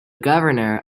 governor